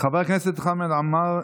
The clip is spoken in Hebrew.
חבר הכנסת חמד עמאר,